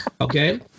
Okay